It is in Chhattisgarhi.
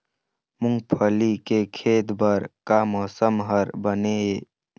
मूंगफली के खेती बर का मौसम हर बने ये?